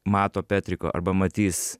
mato petriko arba matys